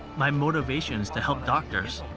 my motivation is to help doctors,